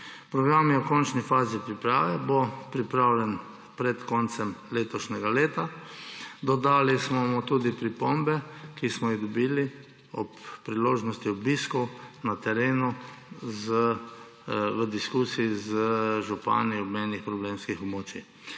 Program je v končni fazi priprave, pripravljen bo pred koncem letošnjega leta. Dodali smo mu tudi pripombe, ki smo jih dobili ob priložnosti obiskov na terenu, v diskusiji z župani obmejnih problemskih območij.